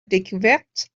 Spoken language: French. découverte